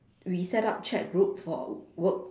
we set up chat group for work